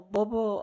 Bobo